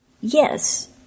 Yes